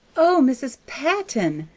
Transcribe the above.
o mrs. patton!